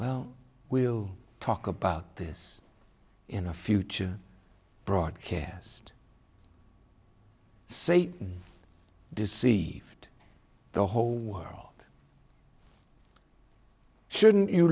well we'll talk about this in a future broadcast say deceived the whole world shouldn't you